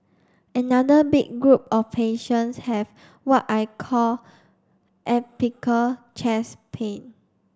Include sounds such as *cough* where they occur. another big group of patients have what I call *unintelligible* chest pain